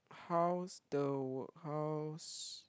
how's the work how's